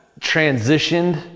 transitioned